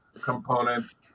components